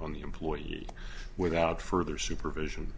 on the employee without further supervision